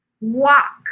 walk